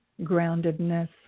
groundedness